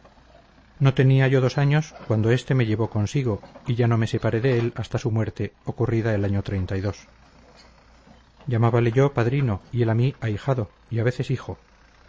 no tenía yo dos años cuando este me llevó consigo y ya no me separé de él hasta su muerte ocurrida el año llamábale yo padrino y él a mí ahijado y a veces hijo